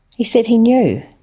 he said he knew.